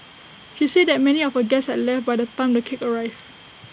she said that many of her guests had left by the time the cake arrived